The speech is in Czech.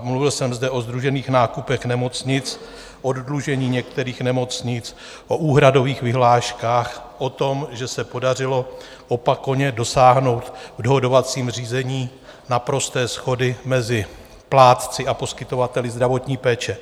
Mluvil jsem zde o sdružených nákupech nemocnic, oddlužení některých nemocnic, o úhradových vyhláškách, o tom, že se podařilo opakovaně dosáhnout v dohodovacím řízení naprosté shody mezi plátci a poskytovateli zdravotní péče.